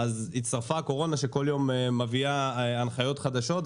אז הצטרפה הקורונה שבכל יום מביאה הנחיות חדשות,